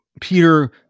Peter